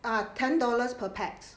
ah ten dollars per pax